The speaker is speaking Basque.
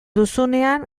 duzunean